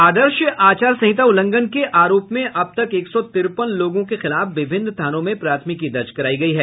आदर्श आचारसंहिता उल्लंघन के आरोप में अब तक एक सौ तिरपन लोगों के खिलाफ विभिन्न थानों में प्राथमिकी दर्ज करायी गयी है